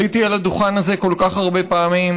עליתי על הדוכן הזה כל כך הרבה פעמים,